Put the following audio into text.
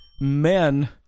Men